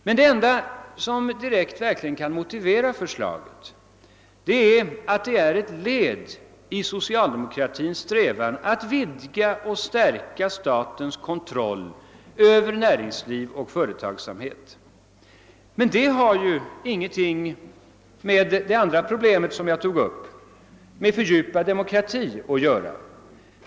Men det enda som direkt kan motivera förslaget är att det är ett led i socialdemokratins strävan att vidga och stärka statens kontroll över näringsliv och företagsamhet. Men detta har ju ingenting att göra med det andra problem som jag tog upp, fördjupad demokrati.